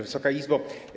Wysoka Izbo!